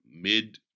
mid